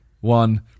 one